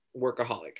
workaholics